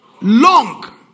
long